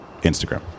Instagram